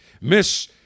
Miss